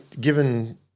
given